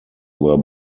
were